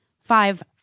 five